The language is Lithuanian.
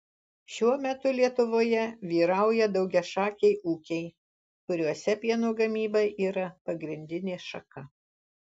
šiuo metu lietuvoje vyrauja daugiašakiai ūkiai kuriuose pieno gamyba yra pagrindinė šaka